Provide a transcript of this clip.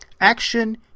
Action